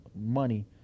money